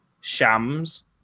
Shams